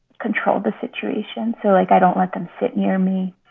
control the situation. so, like, i don't let them sit near me